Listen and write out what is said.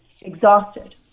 exhausted